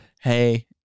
hey